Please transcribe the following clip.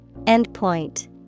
Endpoint